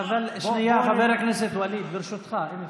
שנייה, חבר הכנסת ווליד, ברשותך, אם אפשר,